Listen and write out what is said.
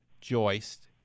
joist